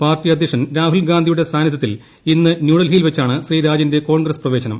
party അധ്യക്ഷൻ രാഹുൽഗാന്ധിയുടെ സാന്നിധൃത്തിൽ ഇന്ന് ന്യൂഡൽഹിയിൽ വച്ചാണ് ശ്രീ രാജിന്റെ കോൺഗ്രസ് പ്രവേശനം